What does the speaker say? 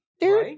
dude